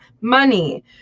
money